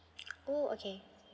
oh okay